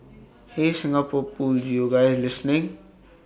hey Singapore pools you guys listening